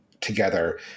together